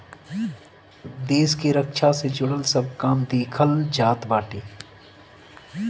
देस के रक्षा से जुड़ल सब काम देखल जात बाटे